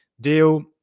deal